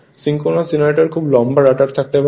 synchronous জেনারেটরে খুব লম্বা রটার থাকতে পারে